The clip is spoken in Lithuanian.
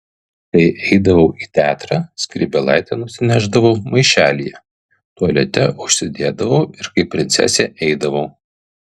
kai eidavau į teatrą skrybėlaitę nusinešdavau maišelyje tualete užsidėdavau ir kaip princesė eidavau